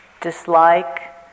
dislike